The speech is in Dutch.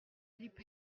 liep